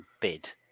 bid